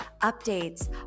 updates